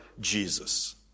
Jesus